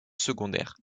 secondaires